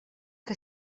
que